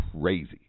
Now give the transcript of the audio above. crazy